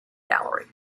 gallery